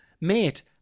Mate